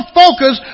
focus